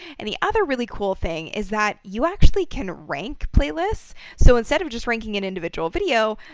and the other really cool thing is that you actually can rank playlists. so instead of just ranking an individual video,